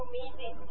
meeting